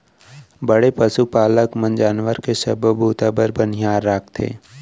बड़े पसु पालक मन जानवर के सबो बूता बर बनिहार राखथें